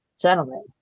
gentlemen